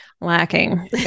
lacking